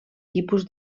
tipus